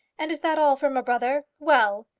and is that all from a brother? well!